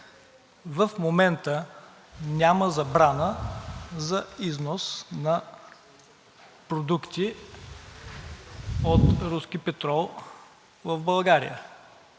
в момента няма забрана за износ на продукти от руски петрол в България,